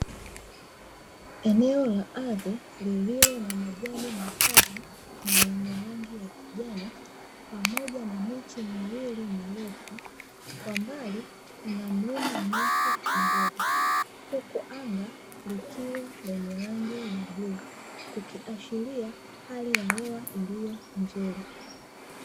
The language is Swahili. Eneo la ardhi, lililo na majani makavu na yenye rangi ya kijani pamoja na miti miwili mirefu, kwa mbali kuna mlima mrefu mdogo, huku anga likiwa lenye rangi ya bluu, kukiashiria hali ya hewa iliyo nzuri.